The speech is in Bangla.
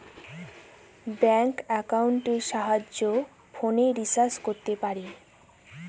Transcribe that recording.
ব্যাঙ্ক একাউন্টের সাহায্যে ফোনের রিচার্জ করতে পারি